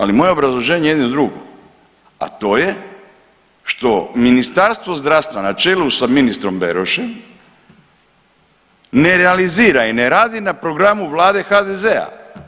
Ali moje obrazloženje je jedno drugo, a to je što Ministarstvo zdravstva na čelu sa ministrom Berošem ne realizira i ne radi na programu Vlade HDZ-a.